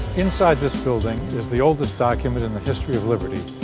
inside this building is the oldest document in the history of liberty,